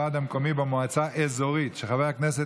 חיים דרוקמן עברה בקריאה טרומית ותעבור לוועדת החינוך,